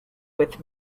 with